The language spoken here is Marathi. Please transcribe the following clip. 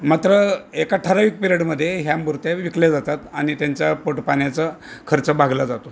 मात्र एक ठराविक पिरियडमध्ये ह्या मूर्त्या विकल्या जातात आणि त्यांच्या पोट पाण्याचा खर्च भागला जातो